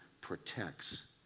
protects